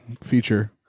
feature